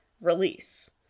Release